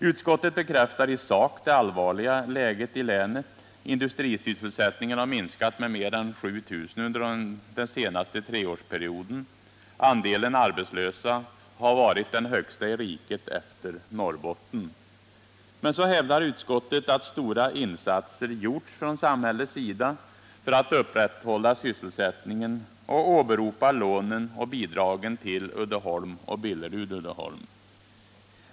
Utskottet bekräftar i sak det allvarliga läget i länet. Industrisysselsättningen har minskat med mer än 7000 arbetstillfällen under den senaste treårsperioden. Antalet arbetslösa har varit det högsta i riket efter Norrbotten. Men så hävdar utskottet att stora insatser gjorts från samhällets sida för att upprätthålla sysselsättningen och åberopar lånen och bidragen till Uddeholm och Billerud-Uddeholm.